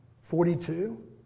forty-two